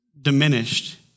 diminished